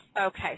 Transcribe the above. Okay